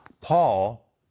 Paul